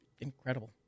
Incredible